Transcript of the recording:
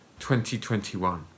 2021